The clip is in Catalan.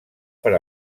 per